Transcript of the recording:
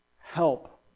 help